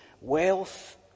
wealth